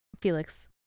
Felix